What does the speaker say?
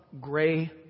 Gray